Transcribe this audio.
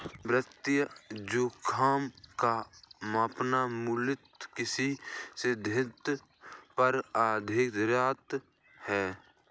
वित्तीय जोखिम का मापन मूलतः किस सिद्धांत पर आधारित है?